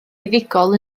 fuddugol